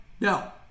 No